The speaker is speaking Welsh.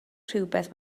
rhywbeth